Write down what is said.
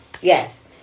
yes